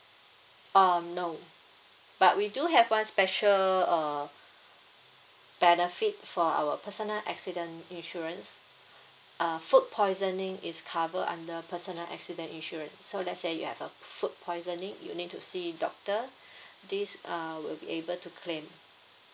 um no but we do have one special err benefit for our personal accident insurance uh food poisoning is cover under personal accident insurance so let say you have a food poisoning you'll need to see doctor this uh will be able to claim